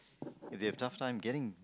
they've tough time getting